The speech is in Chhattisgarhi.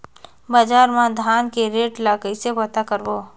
बजार मा धान के रेट ला कइसे पता करबो?